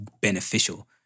beneficial